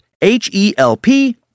H-E-L-P